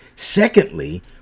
Secondly